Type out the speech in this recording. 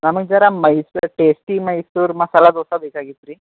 ನಮಗೆ ಜರಾ ಮೈಸೂರು ಟೇಸ್ಟಿ ಮೈಸೂರು ಮಸಾಲೆ ದೋಸೆ ಬೇಕಾಗಿತ್ತು ರಿ